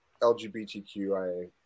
LGBTQIA